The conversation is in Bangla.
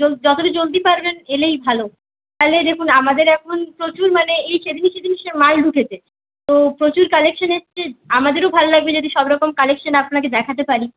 যতটা জলদি পারবেন এলেই ভালো তাহলে দেখুন আমাদের এখন প্রচুর মানে এই সেদিনই সেদিন মাল ঢুকেছে তো প্রচুর কালেকশন এসেছে আমাদেরও ভালো লাগবে যদি সব রকম কালেকশন আপনাকে দেখাতে পারি